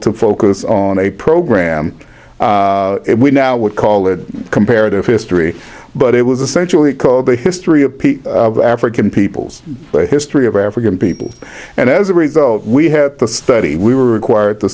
to focus on a program we now would call it comparative history but it was essentially called the history of african peoples the history of african people and as a result we had the study we were required to